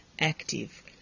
active